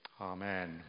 Amen